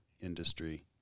industry